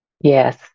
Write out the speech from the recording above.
Yes